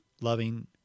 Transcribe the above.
loving